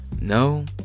No